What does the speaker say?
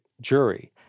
jury